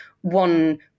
One